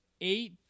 eight